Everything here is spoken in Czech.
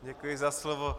Děkuji za slovo.